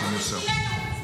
למה את לא מציעה לו מקום?